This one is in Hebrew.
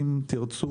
אם תרצו,